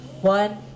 one